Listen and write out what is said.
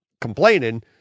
complaining